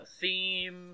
theme